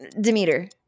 Demeter